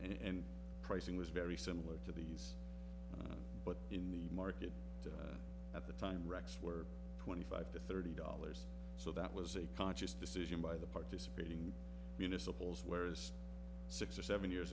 and pricing was very similar to the us but in the market at the time rex were twenty five to thirty dollars so that was a conscious decision by the participating municipal zz where is six or seven years